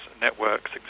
networks